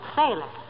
sailor